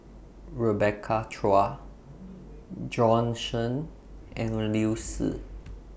Rebecca Chua Bjorn Shen and Liu Si